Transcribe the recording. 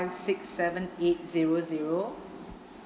six seven eight zero zero